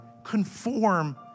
conform